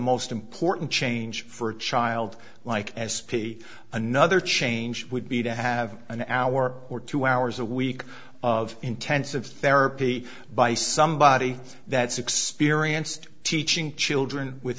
most important change for a child like as a another change would be to have an hour or two hours a week of intensive therapy by somebody that's experienced teaching children with